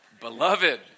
Beloved